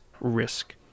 risk